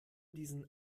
diesen